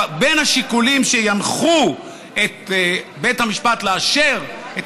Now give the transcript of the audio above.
בין השיקולים שינחו את בית המשפט לאשר את